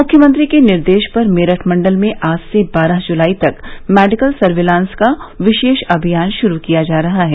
मुख्यमंत्री के निर्देश पर मेरठ मंडल में आज से बारह जुलाई तक मेडिकल सर्विलांस का विशेष अभियान शुरू किया जा रहा है